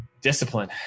discipline